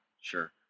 sure